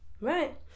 right